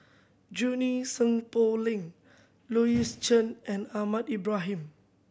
Junie Sng Poh Leng Louis Chen and Ahmad Ibrahim